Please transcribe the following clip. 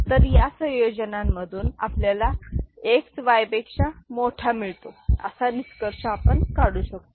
तर या संयोजनामधून आपल्याला X Y पेक्षा मोठा मिळतो असा निष्कर्ष आपण काढू शकतो